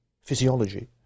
physiology